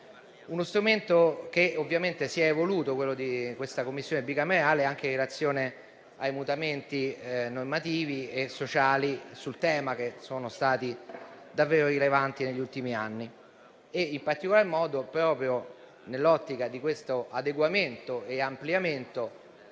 uno strumento che ovviamente si è evoluto, quello di questa Commissione bicamerale, anche in relazione ai mutamenti normativi e sociali sul tema, che sono stati davvero rilevanti negli ultimi anni. In particolar modo, proprio nell'ottica di questo adeguamento e ampliamento,